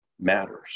matters